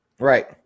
Right